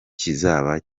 kizaba